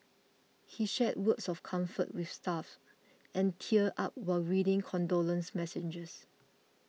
he shared words of comfort with staff and teared up while reading condolence messages